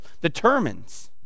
determines